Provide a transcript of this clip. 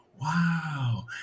wow